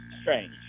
strange